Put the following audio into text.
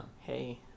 Hey